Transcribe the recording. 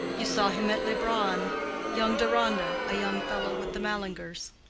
you saw him at leubronn young deronda a young fellow with the mallingers.